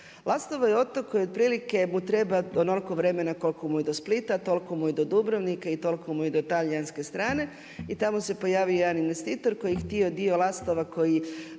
Lastovo je otok koji otprilike mu treba onoliko vremena koliko i do Splita, toliko mu je i do Dubrovnika i toliko mu je i do talijanske strane i tamo se pojavi jedan investitor koji je htio dio Lastova koji